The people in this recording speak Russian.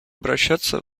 обращаться